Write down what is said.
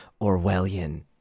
orwellian